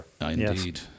Indeed